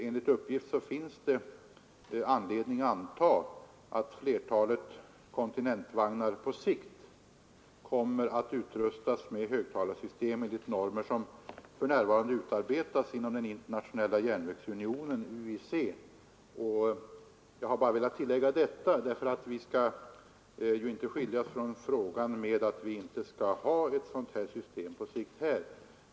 Enligt uppgift finns det anledning anta att flertalet kontinentvagnar på sikt kommer att utrustas med högtalarsystem enligt normer som för närvarande utarbetas inom den internationella järnvägsunionen UIC. Jag har bara velat tillägga detta för att vi inte skall skiljas från frågan med den uppfattningen att vi inte skall ha ett högtalarsystem här på sikt.